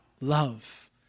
Love